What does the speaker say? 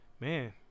man